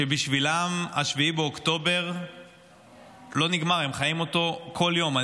שבשבילם 7 באוקטובר לא נגמר, הם חיים אותו כל יום.